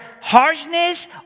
harshness